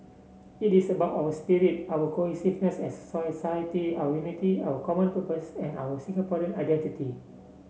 it is about our spirit our cohesiveness as society our unity our common purpose and our Singaporean identity